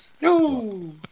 no